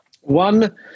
One